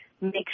make